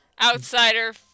Outsider